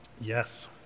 Yes